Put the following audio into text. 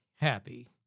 happy